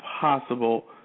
possible